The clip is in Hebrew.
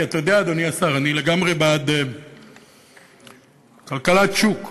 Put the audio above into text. כי אתה יודע, אדוני השר, אני לגמרי בעד כלכלת שוק.